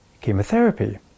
chemotherapy